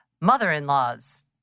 Mother-in-laws